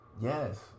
Yes